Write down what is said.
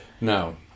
No